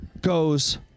goes